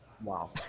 Wow